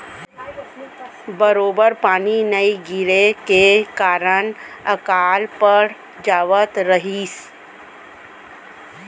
बरोबर पानी नइ गिरे के कारन अकाल पड़ जावत रहिस